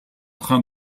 train